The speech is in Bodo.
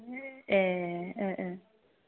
ए